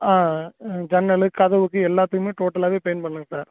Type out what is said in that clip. ஆ ஜன்னல் கதவுக்கு எல்லாத்துக்குமே டோட்டலாகவே பெயிண்ட் பண்ணணுங்க சார்